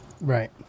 Right